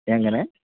എങ്ങനെ